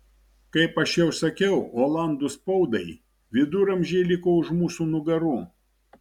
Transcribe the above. kaip aš jau sakiau olandų spaudai viduramžiai liko už mūsų nugarų